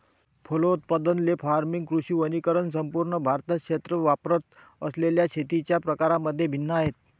फलोत्पादन, ley farming, कृषी वनीकरण संपूर्ण भारतात क्षेत्रे वापरत असलेल्या शेतीच्या प्रकारांमध्ये भिन्न आहेत